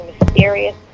mysterious